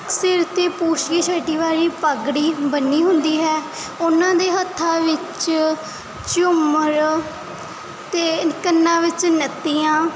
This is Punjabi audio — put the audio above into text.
ਸਿਰ 'ਤੇ ਪੂਛਕੀ ਛਟੀ ਵਾਲੀ ਪਗੜੀ ਬੰਨ੍ਹੀ ਹੁੰਦੀ ਹੈ ਉਹਨਾਂ ਦੇ ਹੱਥਾਂ ਵਿੱਚ ਝੁੰਮਰ ਅਤੇ ਕੰਨਾਂ ਵਿੱਚ ਨੱਤੀਆਂ